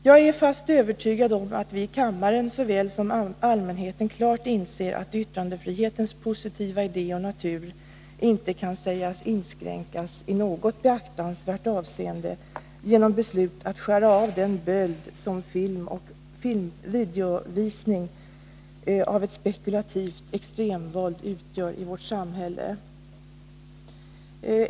Jag är fast övertygad om att såväl vi i kammaren som allmänheten klart inser att yttrandefrihetens positiva idé och natur inte kan sägas inskränkas i något beaktansvärt avseende genom beslut att skära av den böld som videovisning av ett spekulativt extremvåld utgör i vårt samhälle.